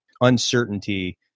uncertainty